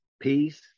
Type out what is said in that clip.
Peace